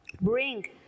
bring